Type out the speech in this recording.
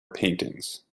paintings